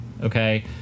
okay